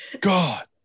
God